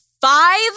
five